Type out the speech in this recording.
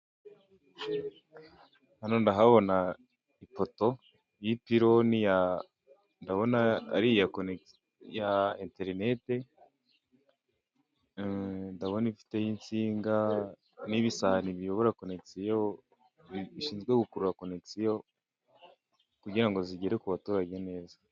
Hano ndahabona ipoto y'ipironi, ndabona ari iya enterinete, ndabona ifiteho insinga n'ibisahani biyobora konegisiyo bishinzwe gukurura konegisiyo kugira ngo zigere ku baturage neza.